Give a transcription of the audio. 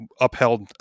upheld